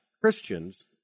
Christians